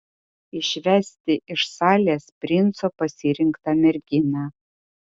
išvesti iš salės princo pasirinktą merginą